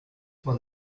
man